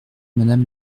madame